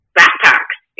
backpacks